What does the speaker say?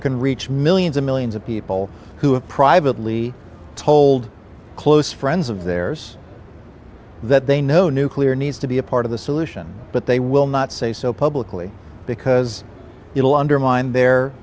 can reach millions and millions of people who have privately told close friends of theirs that they know nuclear needs to be a part of the solution but they will not say so publicly because it will undermine their